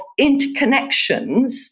interconnections